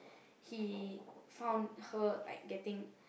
he found her like getting